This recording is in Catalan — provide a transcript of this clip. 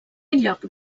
lloc